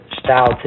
Style